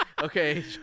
okay